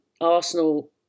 Arsenal